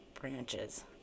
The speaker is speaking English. branches